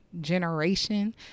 generation